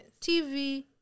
tv